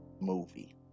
movie